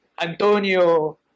Antonio